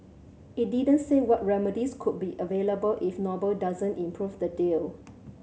it didn't say what remedies could be available if noble doesn't improve the deal